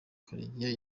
karegeya